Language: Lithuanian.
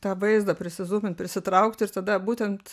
tą vaizdą prisizūmint prisitraukt ir tada būtent